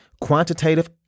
quantitative